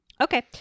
okay